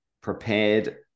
prepared